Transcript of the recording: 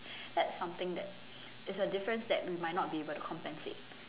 that's something that it's a difference that we might not be able to compensate